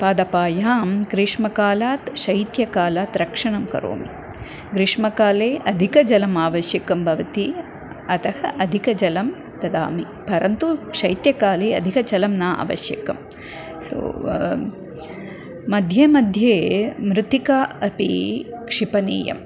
पादपानां ग्रीष्मकालात् शैत्यकालात् रक्षणं करोमि ग्रीष्मकाले अधिकजलम् आवश्यकं भवति अतः अधिकजलं ददामि परन्तु शैत्यकाले अधिकजलं न आवश्यकं सो मध्ये मध्ये मृत्तिका अपि क्षेपणीया